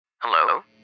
Hello